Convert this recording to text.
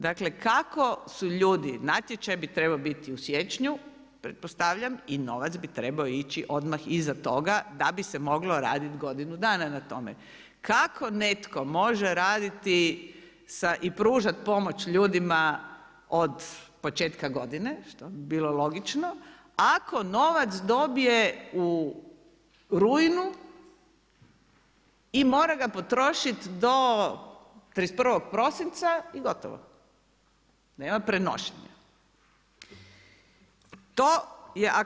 Dakle kako su ljudi natječaj bi trebao biti u siječnju pretpostavljam i novac bi trebao ići odmah iza toga da bi se moglo raditi godinu dana na tome, kako netko može raditi i pružat pomoć ljudima od početka godine, što bi bilo logično, ako novac dobije u rujnu i mora ga potrošiti do 31. prosinca i gotovo, nema prenošenja.